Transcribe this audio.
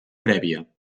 prèvia